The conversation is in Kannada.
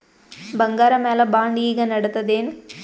ಬಂಗಾರ ಮ್ಯಾಲ ಬಾಂಡ್ ಈಗ ನಡದದೇನು?